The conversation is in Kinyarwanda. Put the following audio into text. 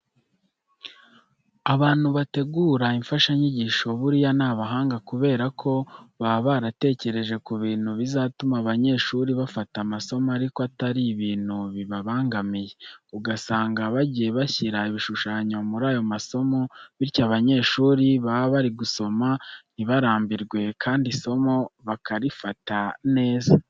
Abantu bategura imfashanyigisho buriya ni abahanga kubera ko baba baratekereje ku bintu bizatuma abanyeshuri bafata amasomo ariko atari ibintu bibabangamiye, ugasanga bagiye bashyira ibishushanyo muri ayo masomo bityo abanyeshuri baba bari gusoma ntibarambwirwe kandi isomo bakarifata neza.